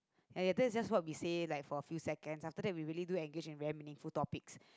ya ya that's just what we say like for a few seconds after that we do engage in very meaningful topics